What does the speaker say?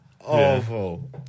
awful